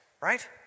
right